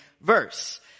verse